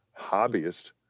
hobbyist